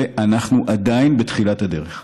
ואנחנו עדיין בתחילת הדרך.